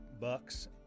bucks